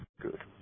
Good